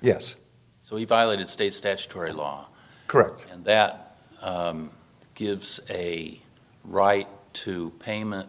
yes so he violated state statutory law correct and that gives a right to payment